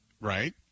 Right